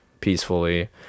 peacefully